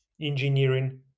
engineering